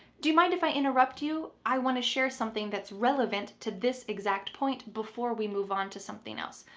do you mind if i interrupt you? i want to share something that's relevant to this exact point before we move on to something else.